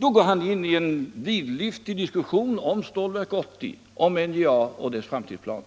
Han går in i en vidlyftig diskussion om Stålverk 80, om NJA och dess framtidsplaner.